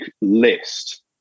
list